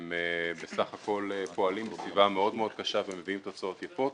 הם בסך הכול פועלים בסביבה מאוד מאוד קשה ומביאים תוצאות יפות.